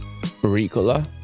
Ricola